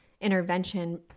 intervention